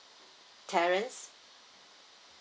terence